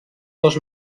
dos